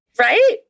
right